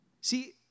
See